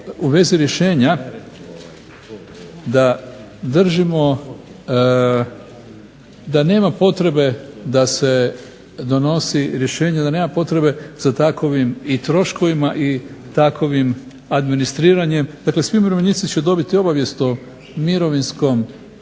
u vezi rješenja da držimo da nema potrebe da se donosi rješenje, da nema potrebe za takovim i troškovima i takovim administriranjem. Dakle, svi umirovljenici će dobiti obavijest o mirovinskom